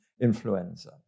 influenza